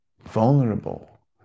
vulnerable